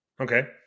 Okay